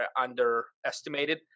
underestimated